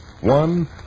One